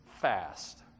fast